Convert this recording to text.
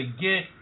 get